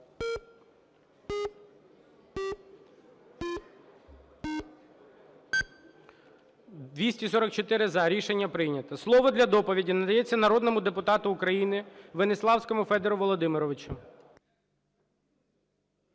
244 – за. Рішення прийнято. Слово для доповіді надається народному депутату України Веніславському Федору Володимировичу.